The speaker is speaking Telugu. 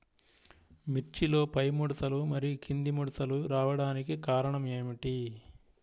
మిర్చిలో పైముడతలు మరియు క్రింది ముడతలు రావడానికి కారణం ఏమిటి?